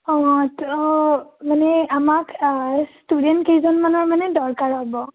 অঁ ত' মানে আমাক ষ্টুডেণ্ট কেইজনমানৰ মানে দৰকাৰ হ'ব